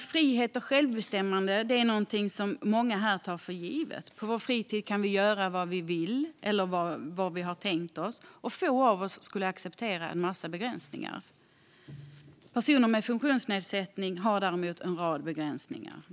Frihet och självbestämmande är något som många av oss tar för givet. På vår fritid kan vi göra det vi har tänkt oss, och få av oss skulle acceptera en massa begränsningar. För personer med funktionsnedsättning finns dock en rad begränsningar.